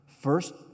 First